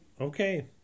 Okay